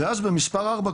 ואז במספר ארבע,